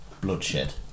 bloodshed